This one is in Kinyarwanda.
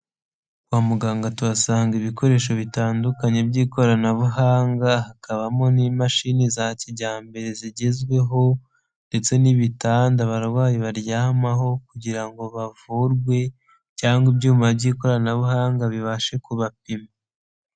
Kwa muganga tuhasanga ibikoresho bitandukanye by'ikoranabuhanga, hakabamo n'imashini za kijyambere zigezweho ndetse n'ibitanda abarwayi baryamaho kugira ngo bavurwe cyangwa ibyuma by'ikoranabuhanga bibashe kubapima.